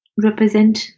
represent